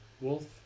Wolf